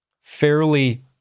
fairly